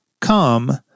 come